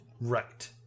Right